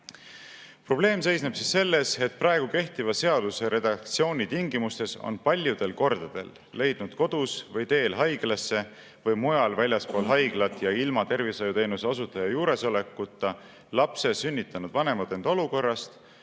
Probleem seisneb selles, et praegu kehtiva seaduse redaktsiooni tingimustes on paljudel kordadel leidnud kodus või teel haiglasse või mujal väljaspool haiglat ja ilma tervishoiuteenuse osutaja juuresolekuta lapse sünnitanud vanemad end olukorrast,